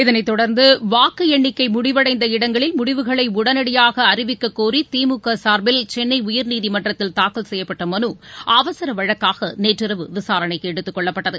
இதளை தொடர்ந்து வாக்கு எண்ணிக்கை முடிவடைந்த இடங்களில் முடிவுகளை உடனடியாக அறிவிக்க கோரி திமுக சார்பில் சென்னை உயர்நீதிமன்றத்தில் தாக்கல் செய்யப்பட்ட மனு அவசர வழக்காக நேற்றிரவு விசாரணைக்கு எடுத்துக்கொள்ளப்பட்டது